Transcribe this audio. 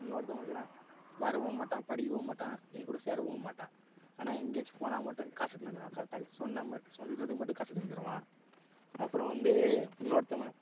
இன்னொருதவன் இருக்கிறான் வரவும் மாட்டான் படிக்கவும் மாட்டான் என் கூட சேரவும் மாட்டான் ஆனால் எங்கேயாச்சும் போனால் மட்டும் காசு எடுத்துகின்னு வந்திடுவான் கரெக்டாக சொன்னால் சொல்லுறதுக்கு மட்டும் காசு எடுத்துன்னு வந்திடுவான் அப்புறம் வந்து இன்னொருத்தவன்